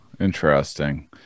interesting